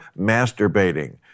Masturbating